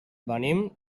venim